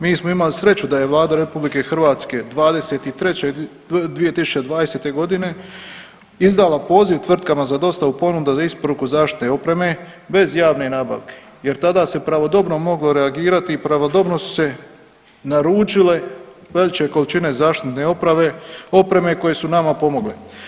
Mi smo imali sreću da je Vlada RH 2020.g. izdala poziv tvrtkama za dostavu ponuda za isporuku zaštitne opreme bez javne nabavke jer tada se pravodobno moglo reagirati i pravodobno su se naručile veće količine zaštitne opreme koje su nama pomogle.